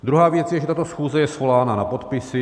Druhá věc je, že tato schůze je svolána na podpisy.